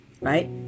right